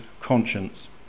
conscience